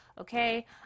Okay